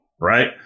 right